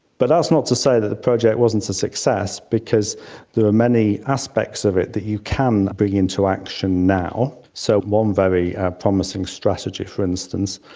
but that's not to say that the project wasn't a success, because there are many aspects of it is that you can bring into action now. so one very promising strategy, for instance,